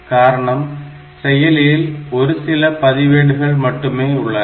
காரணம் செயலியில் ஒரு சில பதிவேடு மட்டுமே உள்ளன